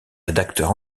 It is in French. rédacteur